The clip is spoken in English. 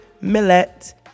millet